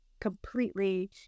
completely